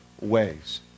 ways